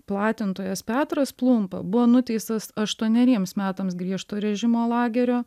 platintojas petras plumpa buvo nuteistas aštuoneriems metams griežto režimo lagerio